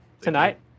tonight